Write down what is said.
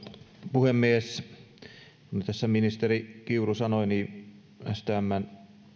puhemies kuten tässä ministeri kiuru sanoi niin stmn